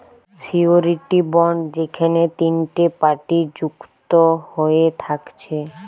surety bond যেখেনে তিনটে party যুক্ত হয়ে থাকছে